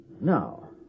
Now